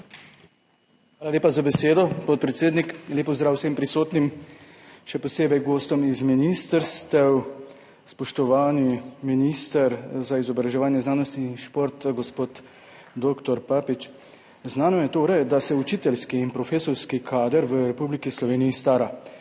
Hvala lepa za besedo, podpredsednik. Lep pozdrav vsem prisotnim, še posebej gostom z ministrstev! Spoštovani minister za izobraževanje, znanost in šport gospod dr. Papič! Znano je torej, da se učiteljski in profesorski kader v Republiki Sloveniji stara.